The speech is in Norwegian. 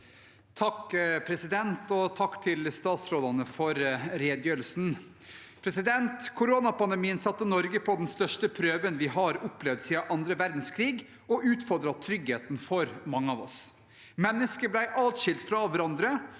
(H) Takk til statsråd- ene for redegjørelsene. Koronapandemien satte Norge på den største prøven vi har opplevd siden annen verdenskrig, og utfordret tryggheten for mange av oss. Mennesker ble atskilt fra hverandre,